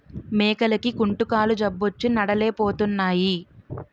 మేకలకి కుంటుకాలు జబ్బొచ్చి నడలేపోతున్నాయి